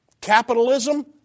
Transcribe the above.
Capitalism